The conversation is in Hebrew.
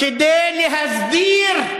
כדי להסביר,